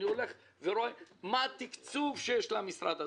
אני רואה מה התקצוב שיש למשרד הזה.